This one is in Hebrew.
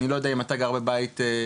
אני לא יודע אם אתה גר בבית שכור.